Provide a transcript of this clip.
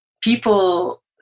People